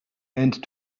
and